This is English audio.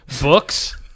Books